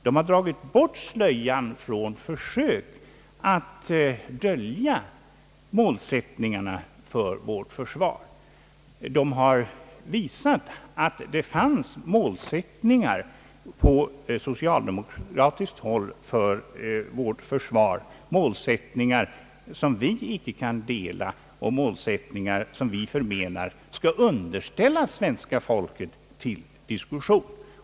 De har dragit bort slöjan från försök att dölja målsättningar beträffande vårt försvar. Det har visat sig att man på socialdemokratiskt håll hade vissa målsättningar för vårt försvar, målsättningar som vi icke kan vara med om, målsättningar som vi förmenar skall underställas svenska folket till diskussion.